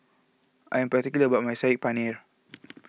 I am particular about my Saag Paneer